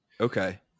Okay